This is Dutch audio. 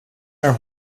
haar